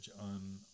on